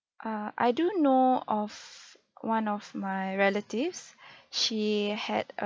err I do know of one of my relatives she had a